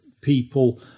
people